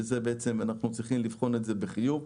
שאנחנו צריכים לבחון את זה בחיוב,